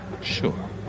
sure